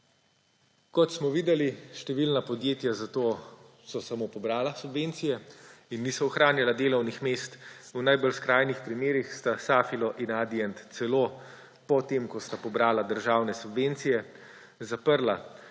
Kot smo videli, številna podjetja za to so samo pobrala subvencije in ni se ohranjalo delovnih mest. V najbolj skrajnih primerih sta Safilo in Adient celo po tem, ko sta pobrala državne subvencije, zaprla